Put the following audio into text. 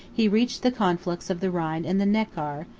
he reached the conflux of the rhine and the neckar,